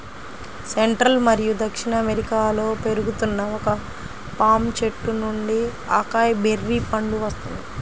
central మరియు దక్షిణ అమెరికాలో పెరుగుతున్న ఒక పామ్ చెట్టు నుండి అకాయ్ బెర్రీ పండు వస్తుంది